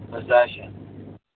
Possession